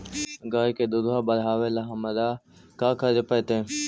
गाय के दुध बढ़ावेला हमरा का करे पड़तई?